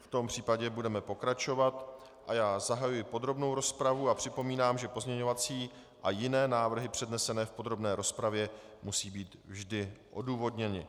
V tom případě budeme pokračovat a já zahajuji podrobnou rozpravu a připomínám, že pozměňovací a jiné návrhy přednesené v podrobné rozpravě musí být vždy odůvodněny.